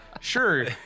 sure